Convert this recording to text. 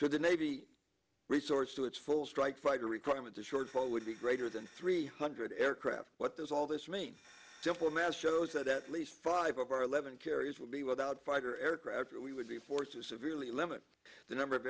to the navy resorts to its full strike fighter requirement the shortfall would be greater than three hundred aircraft what does all this mean simple math shows that at least five of our eleven carriers will be without fighter aircraft or we would be forced to severely limit the number of